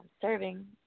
serving